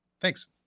thanks